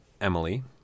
Emily